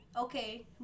okay